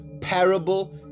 parable